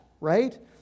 right